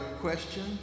question